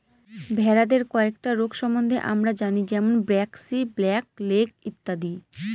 ভেড়াদের কয়েকটা রোগ সম্বন্ধে আমরা জানি যেমন ব্র্যাক্সি, ব্ল্যাক লেগ ইত্যাদি